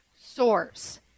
source